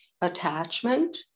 attachment